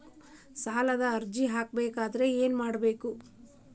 ಸಾಲದ ಅರ್ಜಿ ಹಾಕಬೇಕಾದರೆ ಏನು ಬೇಕು?